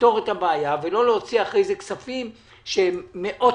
תפתור את הבעיה ולא להוציא אחרי זה כספים שהם מאות